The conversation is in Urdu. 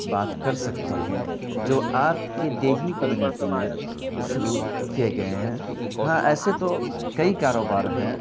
بات کر سکتے ہیں جو آپ کی دیہی کمیونٹی میں شروع کیے گئے ہیں ہاں ایسے تو کئی کاروبار ہیں